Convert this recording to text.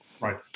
Right